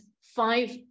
five